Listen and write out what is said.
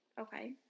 Okay